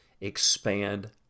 expand